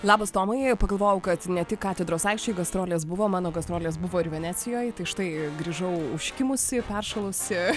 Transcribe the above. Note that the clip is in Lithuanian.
labas tomai pagalvojau kad ne tik katedros aikštėj gastrolės buvo mano gastrolės buvo ir venecijoj tai štai grįžau užkimusi ir peršalusi